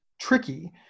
tricky